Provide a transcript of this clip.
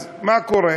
אז מה קורה?